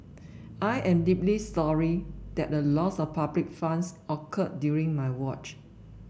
I am deeply sorry that a loss of public funds occurred during my watch